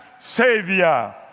Savior